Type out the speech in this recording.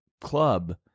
club